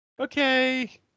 Okay